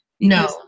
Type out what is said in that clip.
No